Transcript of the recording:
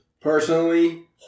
personally